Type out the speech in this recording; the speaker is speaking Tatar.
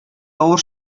авыр